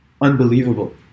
unbelievable